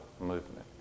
movement